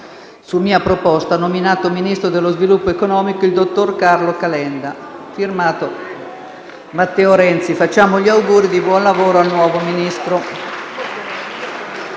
su mia proposta, ha nominato Ministro dello sviluppo economico il dott. Carlo CALENDA. F.*to* Matteo Renzi». Facciamo gli auguri di buon lavoro al nuovo Ministro.